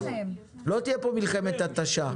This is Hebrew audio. לא תהיה פה מלחמת התשה.